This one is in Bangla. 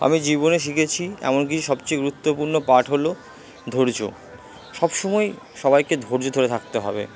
আমি জীবনে শিখেছি এমন কিছু সবচেয়ে গুরুত্বপূর্ণ পাঠ হল ধৈর্য্য সবসময়ই সবাইকে ধৈর্য্য ধরে থাকতে হবে